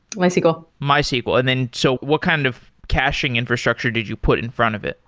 mysql mysql. and then, so what kind of caching infrastructure did you put in front of it?